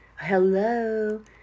Hello